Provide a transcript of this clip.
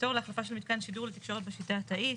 פטור להחלפה של מיתקן שידור לתקשורת בשיטה התאית.